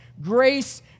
grace